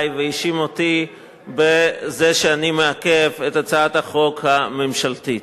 והאשים אותי בזה שאני מעכב את הצעת החוק הממשלתית.